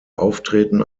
auftreten